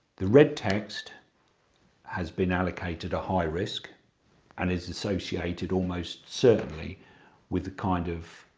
the red text has been allocated a high risk and is associated almost certainly with the kind of